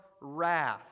wrath